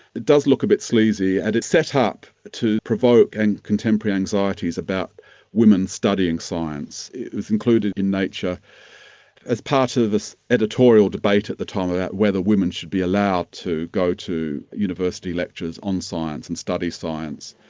it does look a bit sleazy, and it's set up to provoke and contemporary anxieties about women studying science. it was included in nature as part of this editorial debate at the time about whether women should be allowed to go to university lectures on science and study science.